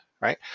right